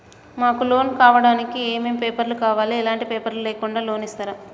మాకు లోన్ కావడానికి ఏమేం పేపర్లు కావాలి ఎలాంటి పేపర్లు లేకుండా లోన్ ఇస్తరా?